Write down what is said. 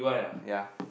ya